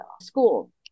School